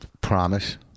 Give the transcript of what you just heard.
Promise